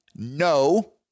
No